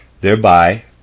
Thereby